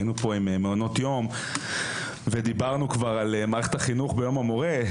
היינו פה בדיון על מעונות יום ודיברנו כבר על מערכת החינוך ביום המורה.